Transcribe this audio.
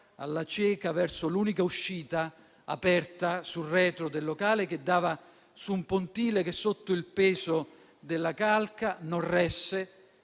alla cieca verso l'unica uscita aperta sul retro del locale, la quale dava su un pontile che, sotto il peso della calca, non resse